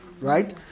Right